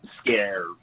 scare